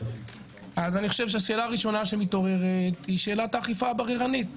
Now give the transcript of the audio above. אז אני חושב שהשאלה הראשונה שמתעוררת היא שאלת האכיפה הבררנית.